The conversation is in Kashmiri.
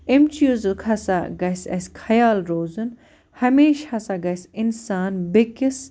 اَمہِ چیٖزُک ہسا گَژھِ اَسہِ خیال روزُن ہمیشہِ ہسا گَژھِ اِنسان بیٚیِس